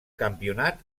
campionat